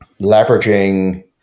leveraging